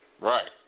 Right